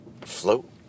float